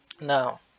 Now